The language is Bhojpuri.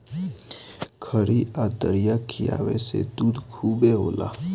खरी आ दरिया खिआवे से दूध खूबे होला